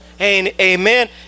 Amen